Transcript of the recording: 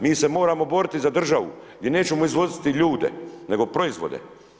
Mi se moramo boriti za državu, gdje nećemo izvoziti ljude, nego proizvode.